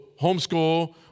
homeschool